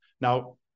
now